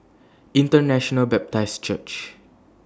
International Baptist Church